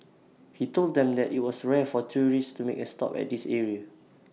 he told them that IT was rare for tourists to make A stop at this area